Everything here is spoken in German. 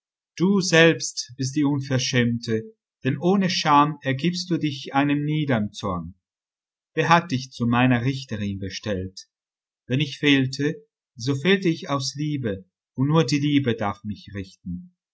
du selbst bist die unverschämte denn ohne scham ergibst du dich einem niedern zorn wer hat dich zu meiner richterin bestellt wenn ich fehlte so fehlte ich aus liebe und nur die liebe darf mich richten